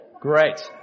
Great